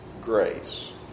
grace